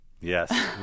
yes